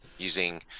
Using